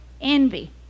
envy